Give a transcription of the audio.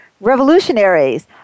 revolutionaries